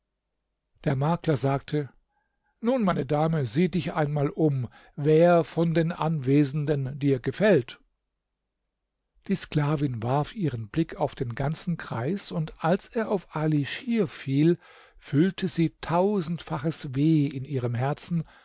der makler sagte nun meine dame sieh dich einmal um wer von den anwesenden dir gefällt die sklavin warf ihren blick auf den ganzen kreis und als er auf ali schir fiel fühlte sie tausendfaches weh in ihrem herzen